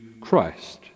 Christ